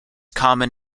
common